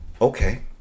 okay